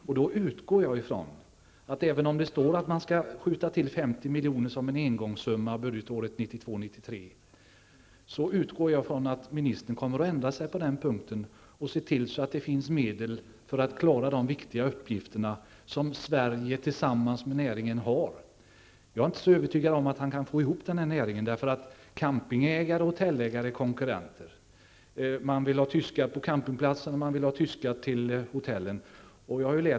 Och även om det står att man skall skjuta till 50 milj.kr. som en engångssumma budgetåret 1992/93, utgår jag från att ministern kommer att ändra sig på den punkten och se till att det finns medel för att klara de viktiga uppgifter som Sverige tillsammans med näringen har. Jag är inte så övertygad om att ministern kan få ihop den här näringen, eftersom campingägare och hotellägare är konkurrenter. Man vill ha tyskar till campingplatserna, och man vill ha tyskar till hotellen.